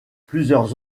plusieurs